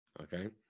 Okay